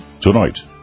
tonight